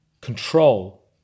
control